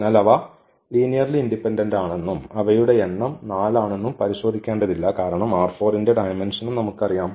അതിനാൽ അവ ലീനിയർലി ഇൻഡിപെൻഡന്റാണെന്നും അവയുടെ എണ്ണം 4 ആണെന്നും പരിശോധിക്കേണ്ടതില്ല കാരണം ന്റെ ഡയമെൻഷനും നമുക്കറിയാം